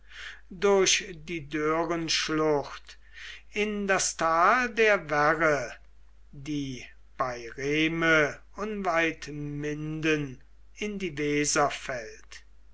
durch die dörenschlucht in das tal der werre die bei rehme unweit minden in die weser fällt